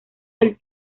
del